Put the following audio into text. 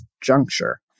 juncture